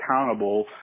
accountable